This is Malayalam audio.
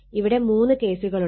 ഇവിടെ മൂന്ന് കേസുകളുണ്ട്